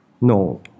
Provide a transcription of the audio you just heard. No